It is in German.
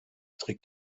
trägt